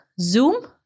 Zoom